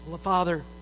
Father